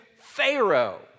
Pharaoh